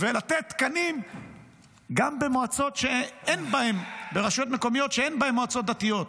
-- ולתת תקנים גם ברשויות מקומיות שאין בהן מועצות דתיות.